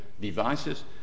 devices